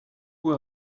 who